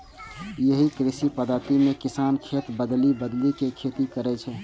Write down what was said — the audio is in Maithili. एहि कृषि पद्धति मे किसान खेत बदलि बदलि के खेती करै छै